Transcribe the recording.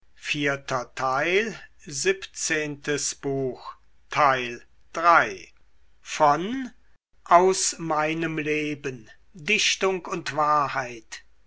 aus meinem leben dichtung und wahrheit